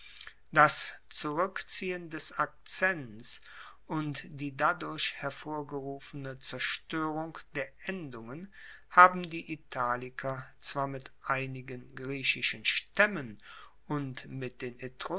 das zurueckziehen des akzents und die dadurch hervorgerufene zerstoerung der endungen haben die italiker zwar mit einigen griechischen staemmen und mit den